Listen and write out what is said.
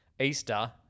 Easter